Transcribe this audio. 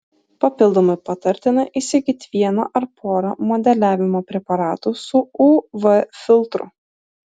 papildomai patartina įsigyti vieną ar porą modeliavimo preparatų su uv filtru